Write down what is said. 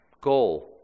goal